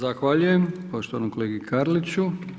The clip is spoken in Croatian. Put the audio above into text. Zahvaljujem poštovanom kolegi Karliću.